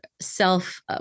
self